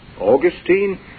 Augustine